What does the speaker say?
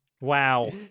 Wow